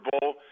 Bowl